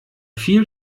viel